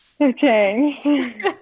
Okay